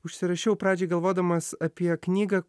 užsirašiau pradžiai galvodamas apie knygą